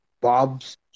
Bob's